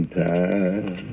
time